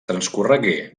transcorregué